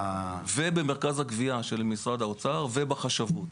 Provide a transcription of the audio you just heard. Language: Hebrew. זה במרכז לגביית קנסות של משרד האוצר ובחשבות.